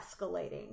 escalating